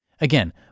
Again